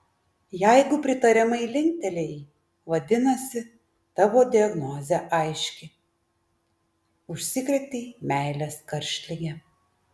jeigu pritariamai linktelėjai vadinasi tavo diagnozė aiški užsikrėtei meilės karštlige